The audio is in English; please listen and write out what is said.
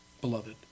beloved